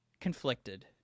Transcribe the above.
conflicted